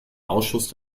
ausschluss